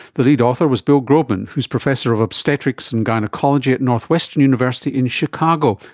the lead author was bill grobman, who is professor of obstetrics and gynaecology at northwestern university in chicago.